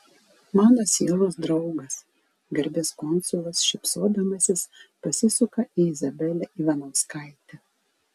mano sielos draugas garbės konsulas šypsodamasis pasisuka į izabelę ivanauskaitę